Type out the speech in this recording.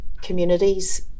communities